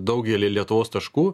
daugely lietuvos taškų